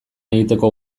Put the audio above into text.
egiteko